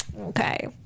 Okay